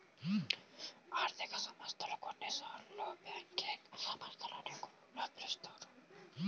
ఆర్థిక సంస్థలు, కొన్నిసార్లుబ్యాంకింగ్ సంస్థలు అని పిలుస్తారు